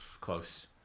Close